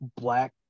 black